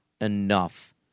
enough